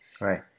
Right